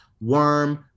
worm